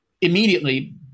immediately